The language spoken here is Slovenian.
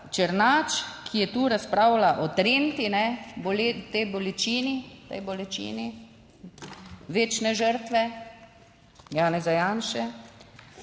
Černač, ki je tu, razpravljal o Trenti, o tej bolečini, o tej bolečini večne žrtve Janeza Janše,